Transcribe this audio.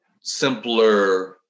simpler